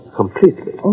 completely